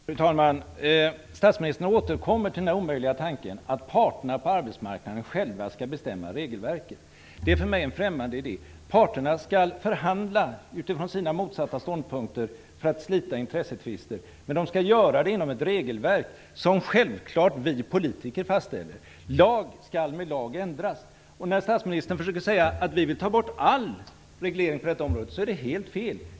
Fru talman! Statsministern återkommer till den omöjliga tanken att parterna på arbetsmarknaden själva skall bestämma regelverket. Det är för mig en främmande idé. Parterna skall förhandla utifrån sina motsatta ståndpunkter för att slita intressetvister, men de skall göra det inom ett regelverk som självfallet vi politiker fastställer. Lag skall med lag ändras. Statsministern försöker säga att vi vill ta bort all reglering på detta område, vilket är helt fel.